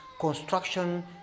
construction